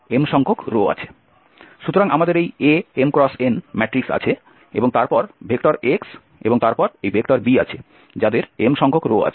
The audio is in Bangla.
সুতরাং আমাদের এই Am×n ম্যাট্রিক্স আছে এবং তারপর ভেক্টর x এবং তারপর এই ভেক্টর b আছে যাদের m সংখ্যক রো আছে